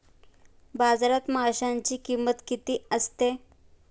बाजारात माशांची किंमत किती असते?